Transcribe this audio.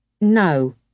No